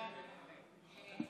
יש הערת ביניים לחבר הכנסת טיבי.